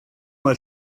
mae